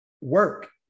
work